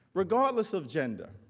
regardless of gender,